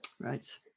Right